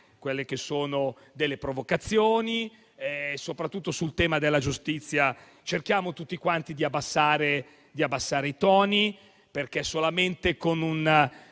quelle che sono delle provocazioni; soprattutto sul tema della giustizia, cerchiamo tutti di abbassare i toni e di affrontarlo con un